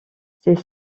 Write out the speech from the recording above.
c’est